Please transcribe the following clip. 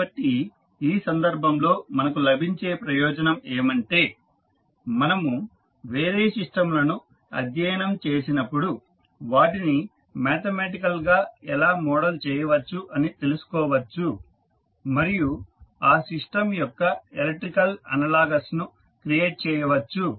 కాబట్టి ఈ సందర్భంలో మనకు లభించే ప్రయోజనం ఏమంటే మనము వేరే సిస్టంలను అధ్యయనం చేసినపుడు వాటిని మ్యాథమెటికల్ గా ఎలా మోడల్ చేయవచ్చు అని తెలుసుకోవచ్చు మరియు ఆ సిస్టం యొక్క ఎలక్ట్రికల్ అనలాగస్ ను క్రియేట్ చేయవచ్చు